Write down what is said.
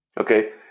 Okay